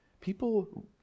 people